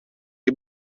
dei